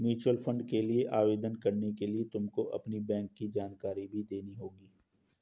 mutual fund के लिए आवेदन करने के लिए तुमको अपनी बैंक की जानकारी भी देनी होगी